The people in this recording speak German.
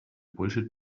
bullshit